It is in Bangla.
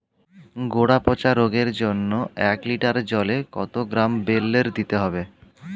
গোড়া পচা রোগের জন্য এক লিটার জলে কত গ্রাম বেল্লের দিতে হবে?